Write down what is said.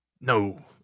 No